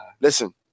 listen